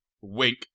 Wink